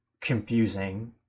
confusing